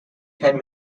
ten